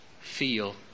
feel